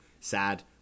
Sad